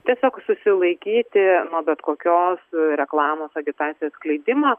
tiesiog susilaikyti nuo bet kokios reklamos agitacijos skleidimo